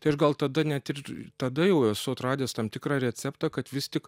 tai aš gal tada net ir tada jau esu atradęs tam tikrą receptą kad vis tik